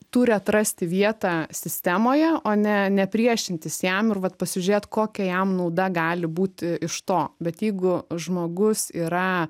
turi atrasti vietą sistemoje o ne ne priešintis jam ir vat pasižiūrėt kokia jam nauda gali būti iš to bet jeigu žmogus yra